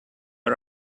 are